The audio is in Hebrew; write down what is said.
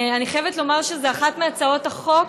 אני חייבת לומר שזו אחת מהצעות החוק